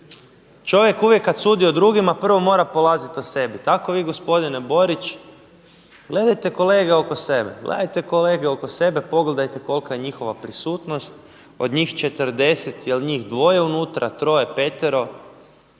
čovjek uvijek kad sudi o drugima prvo mora polazit od sebe. Tako vi gospodine Borić gledajte kolege oko sebe, gledajte kolege oko sebe, pogledajte kolika je njihova prisutnost. Od njih 40 jel' njih dvoje unutra, troje, petero.